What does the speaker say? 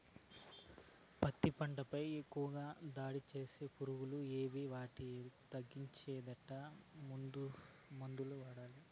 పత్తి పంట పై ఎక్కువగా దాడి సేసే పులుగులు ఏవి వాటిని తగ్గించేకి ఎట్లాంటి మందులు వాడాలి?